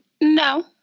no